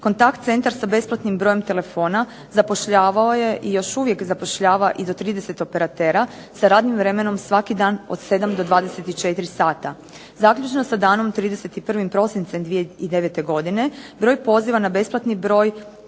Kontakt centar sa besplatnim brojem telefona zapošljavao je i još uvijek zapošljava i do 30 operatera sa radnim vremenom svaki dan od 7 do 24 sata. Zaključno sa danom 31. prosincem 2009. godine broj poziva na besplatni broj